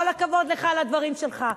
כל הכבוד לך על הדברים שלך.